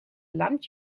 lund